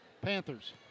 Panthers